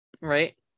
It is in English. Right